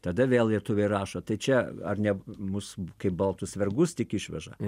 tada vėl lietuviai rašo tai čia ar ne mus kaip baltus vergus tik išveža